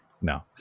No